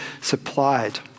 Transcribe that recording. supplied